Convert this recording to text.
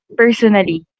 personally